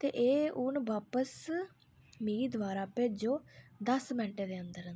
ते एह् हून बापस मिगी दोबारा भेजो दस्स मिंटें दे अंदर अंदर